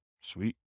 Sweet